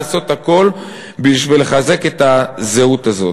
לעשות הכול בשביל לחזק את הזהות הזאת.